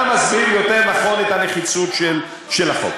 מה מסביר יותר נכון את הנחיצות של החוק?